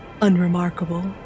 unremarkable